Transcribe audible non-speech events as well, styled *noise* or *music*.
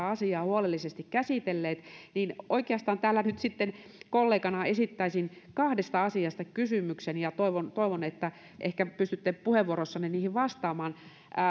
*unintelligible* asiaa huolellisesti käsitelleet niin oikeastaan täällä nyt kollegana esittäisin kahdesta asiasta kysymyksen ja toivon että ehkä pystytte puheenvuorossanne niihin vastaamaan